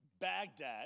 Baghdad